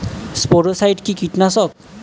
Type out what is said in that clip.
স্পোডোসাইট কি কীটনাশক?